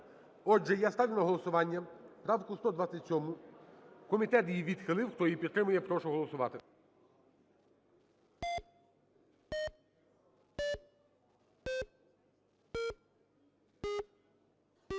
Отже, я ставлю на голосування правку 127. Комітет її відхилив. Хто її підтримує, прошу голосувати.